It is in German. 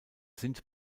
sind